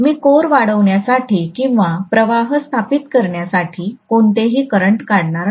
मी core वाढवण्यासाठी किंवा प्रवाह स्थापित करण्यासाठी कोणतेही करंट काढणार नाही